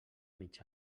mig